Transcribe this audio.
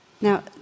Now